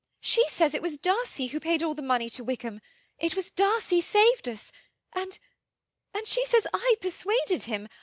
she says it was darcy who paid all the money to wickham it was darcy saved us and and she says i persuaded him.